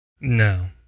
No